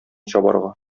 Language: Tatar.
чабарга